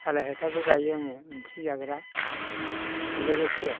थालिर हायथाबो गायो आङो ओंख्रि जाग्रा लोगोसे